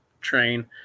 train